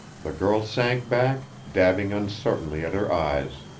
the girl sank back, dabbing uncertainly at her eyes.